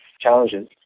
challenges